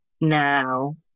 now